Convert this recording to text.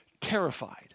terrified